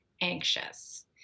anxious